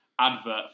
advert